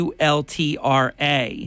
ULTRA